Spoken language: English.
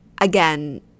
again